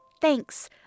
Thanks